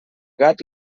gat